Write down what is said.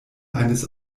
eines